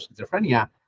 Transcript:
schizophrenia